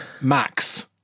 Max